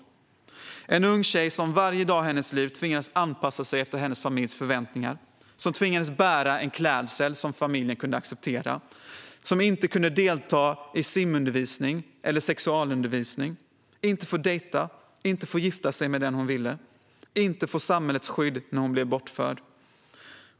Boken handlar om en ung tjej som varje dag i sitt liv tvingas att anpassa sig efter sin familjs förväntningar. Hon tvingades bära en klädsel som familjen kunde acceptera. Hon kunde inte delta i simundervisning eller sexualundervisning. Hon fick inte dejta och inte gifta sig med den hon ville. Och hon fick inte samhällets skydd när hon blev bortförd.